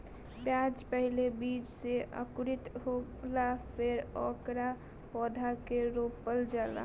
प्याज पहिले बीज से अंकुरित होला फेर ओकरा पौधा के रोपल जाला